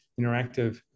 interactive